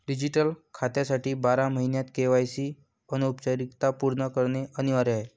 digital खात्यासाठी बारा महिन्यांत के.वाय.सी औपचारिकता पूर्ण करणे अनिवार्य आहे